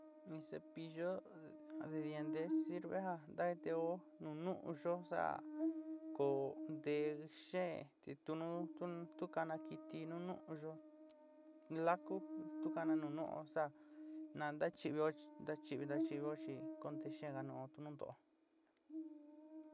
In cepillo de dientés sirve ja ntaketéo nu nu'uyo sea kó nté xeen te tu nú tu kaná kiti nu nu'uyo láku tu kana nu nu'uo sea nan chi'ivío chi nachiívi nachivío chi konte xeenga nuo tu nuntó.